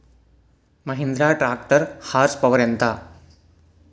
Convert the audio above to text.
Mahindra tractor horse power ఎంత?